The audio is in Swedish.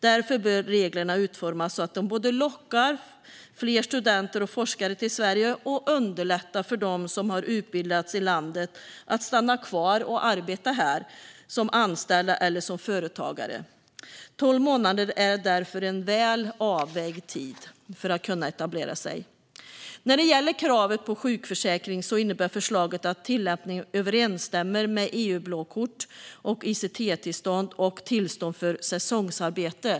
Därför bör reglerna utformas så att de både lockar fler studenter och forskare till Sverige och underlättar för dem som har utbildats i landet att stanna kvar och arbeta här som anställda eller som företagare. Tolv månader är därför en väl avvägd tid för att de ska kunna etablera sig. Nya regler om uppe-hållstillstånd för forskning och studier inom högre utbildning När det gäller kravet på sjukförsäkring innebär förslaget att tillämpningen överensstämmer med EU-blåkort, ICT-tillstånd och tillstånd för säsongsarbete.